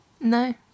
No